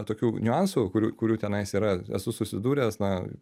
tokių niuansų kurių kurių tenais yra esu susidūręs na